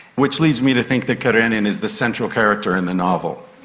which leads me to think that karenin is the central character in the novel.